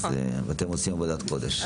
ואתם עושים עבודת קודש.